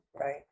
right